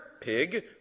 pig